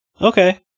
Okay